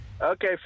Okay